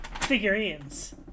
figurines